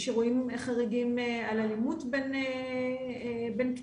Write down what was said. יש אירועים חריגים על אלימות בין קטינים.